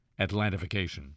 Atlantification